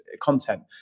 content